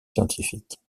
scientifiques